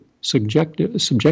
subjective